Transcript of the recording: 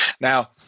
Now